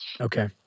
Okay